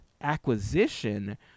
acquisition